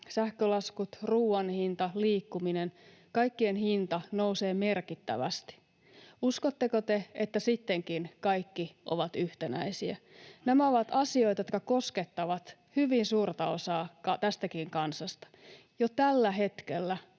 sähkölaskut, ruuan hinta, liikkuminen, kaikkien hinta nousee merkittävästi. Uskotteko te, että sittenkin kaikki ovat yhtenäisiä? Nämä ovat asioita, jotka koskettavat hyvin suurta osaa tästäkin kansasta. Jo tällä hetkellä